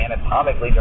anatomically